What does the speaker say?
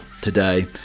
today